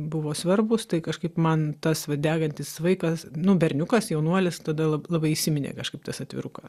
buvo svarbūs tai kažkaip man tas vat degantis vaikas nu berniukas jaunuolis tada lab labai įsiminė kažkaip tas atvirukas